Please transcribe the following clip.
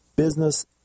business